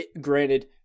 Granted